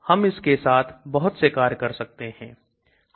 हम इसके साथ बहुत से कार्य कर सकते हैं